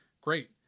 Great